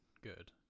good